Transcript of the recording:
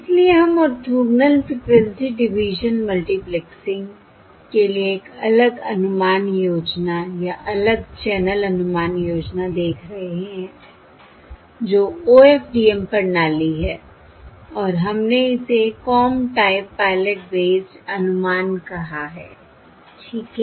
इसलिए हम orthogonal frequency division multiplexing के लिए एक अलग अनुमान योजना या अलग चैनल अनुमान योजना देख रहे हैं जो OFDM प्रणाली है और हमने इसे कॉम टाइप पायलट बेस्ड अनुमान कहा है ठीक है